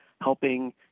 helping